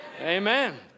Amen